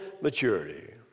maturity